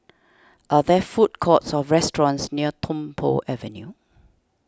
are there food courts or restaurants near Tung Po Avenue